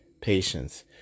patience